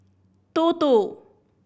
two two